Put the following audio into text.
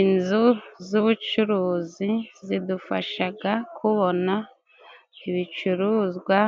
Inzu z'ubucuruzi zidufashaga kubona ibicuruzwa